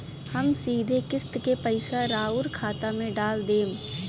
हम सीधे किस्त के पइसा राउर खाता में डाल देम?